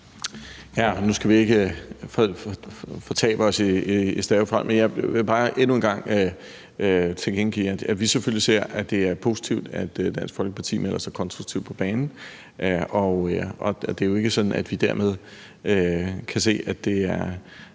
(S): Nu skal vi ikke fortabe os i stavefejl, men jeg vil bare endnu en gang tilkendegive, at vi selvfølgelig ser, at det er positivt, at Dansk Folkeparti melder sig konstruktivt på banen. Og det er jo ikke sådan, at vi dermed kan se, at der er